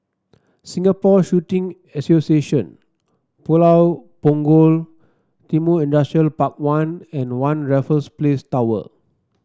Singapore Shooting Association Pulau Punggol Timor Industrial Park One and One Raffles Place Tower